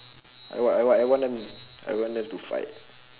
I want I want I want them I want them to fight